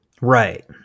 right